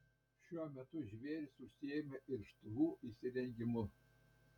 šiuo metu žvėrys užsiėmę irštvų įsirengimu